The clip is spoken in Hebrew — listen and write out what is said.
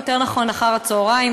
אחר הצהריים,